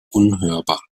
unhörbar